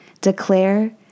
declare